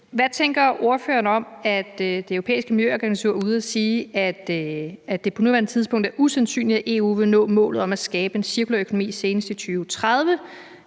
Hvad tænker ordføreren om, at Det Europæiske Miljøagentur er ude at sige, at det på nuværende tidspunkt er usandsynligt, at EU vil nå målet om at skabe en cirkulær økonomi senest i 2030,